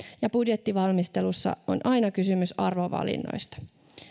ja budjettivalmistelussa on aina kysymys arvovalinnoista